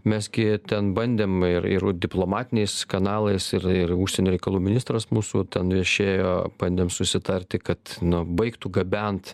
mes gi ten bandėm ir ir diplomatiniais kanalais ir ir užsienio reikalų ministras mūsų ten viešėjo bandėm susitarti kad na baigtų gabent